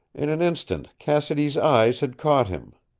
in an instant cassidy's eyes had caught him.